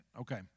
Okay